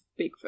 bigfoot